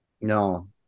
No